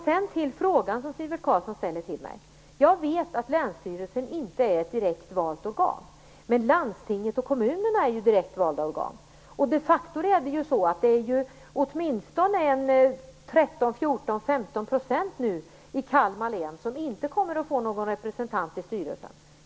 Så till frågan som Sivert Carlsson ställde till mig. Jag vet att länsstyrelsen inte är ett direktvalt organ. Men landstings och kommunfullmäktige är ju direktvalda organ. Det är 13-15 % i Kalmar län som nu de facto inte kommer att få någon representant i styrelsen.